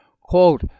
Quote